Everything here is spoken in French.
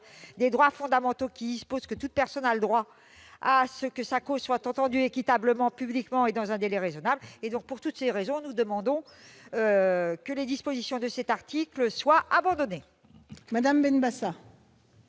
de l'Union européenne, qui dispose :« Toute personne a droit à ce que sa cause soit entendue équitablement, publiquement et dans un délai raisonnable ». Pour toutes ces raisons, nous demandons que les dispositions de cet article soient supprimées.